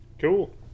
Cool